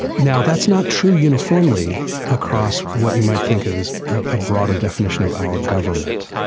now that's not true uniformly across what you might think of as a broader definition of our government.